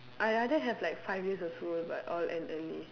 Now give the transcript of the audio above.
I rather have like five days of school but all end early